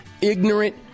ignorant